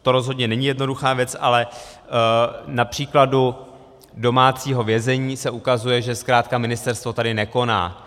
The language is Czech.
To rozhodně není jednoduchá věc, ale na příkladu domácího vězení se ukazuje, že zkrátka ministerstvo tady nekoná.